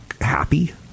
happy